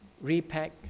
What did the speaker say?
repack